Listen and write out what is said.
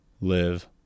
live